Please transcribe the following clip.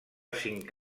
cinc